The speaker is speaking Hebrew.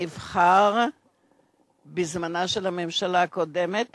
שנבחר בזמנה של הממשלה הקודמת